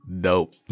dope